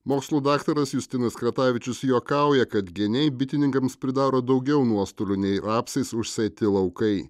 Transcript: mokslų daktaras justinas kretavičius juokauja kad geniai bitininkams pridaro daugiau nuostolių nei rapsais užsėti laukai